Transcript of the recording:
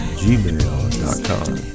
gmail.com